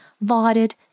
lauded